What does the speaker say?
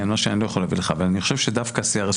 אני חושב שדווקא ה-CRS,